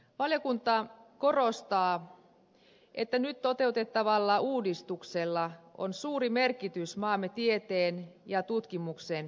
valiokunta korostaa että nyt toteutettavalla uudistuksella on suuri merkitys maamme tieteen ja tutkimuksen kehittymiselle